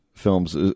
films